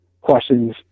questions